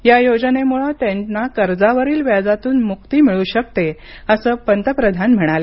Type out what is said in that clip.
या योजनेमुळे त्यांना कर्जावरील व्याजातून मुक्ती मिळू शकते असं पंतप्रधान म्हणाले